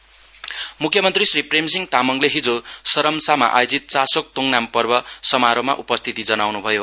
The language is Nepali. सिएम चासोक तोङनाम मुख्यमन्त्री श्री प्रेमसिंह तामाङले हिजो सरमसामा ओयोजित चासोक तोङनाम पर्व समारोहमा उपस्थिति जनाउनु भयो